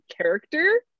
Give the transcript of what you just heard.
character